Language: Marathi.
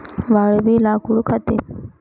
वाळवी लाकूड खाते